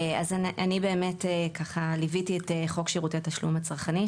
אני ליוויתי את חוק שירותי התשלום הצרכני,